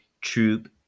Troop